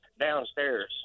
downstairs